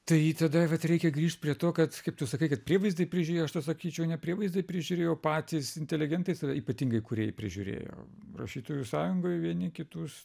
tai tada reikia grįžt prie to kad kaip tu sakai kad prievaizdai prižiūrėjo aš tau sakyčiau ne prievaizdai prižiūrėjo o patys inteligentai save ypatingai kurėjai prižiūrėjo rašytojų sąjungoj vieni kitus